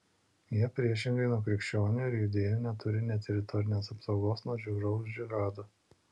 jie priešingai nuo krikščionių ir judėjų neturi nė teritorinės apsaugos nuo žiauraus džihado